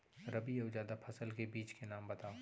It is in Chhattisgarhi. रबि अऊ जादा फसल के बीज के नाम बताव?